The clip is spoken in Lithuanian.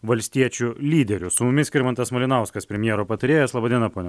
valstiečių lyderiu su mumis skirmantas malinauskas premjero patarėjas laba diena pone